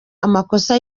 amakosa